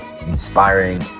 inspiring